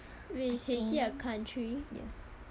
wait is haiti a country